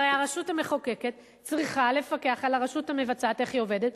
הרי הרשות המחוקקת צריכה לפקח על הרשות המבצעת איך היא עובדת.